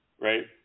right